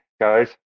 guys